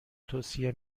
توصیه